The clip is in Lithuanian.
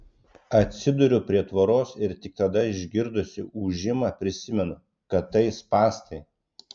atsiduriu prie tvoros ir tik tada išgirdusi ūžimą prisimenu kad tai spąstai